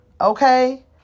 Okay